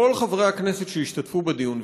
שכל חברי הכנסת שהשתתפו בדיון,